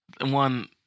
One